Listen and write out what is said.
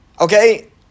Okay